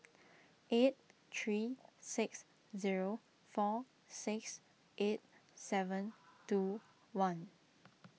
eight three six zero four six eight seven two one